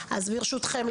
אז ברשותכם,